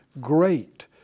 Great